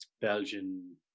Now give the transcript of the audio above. Belgian